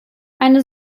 eine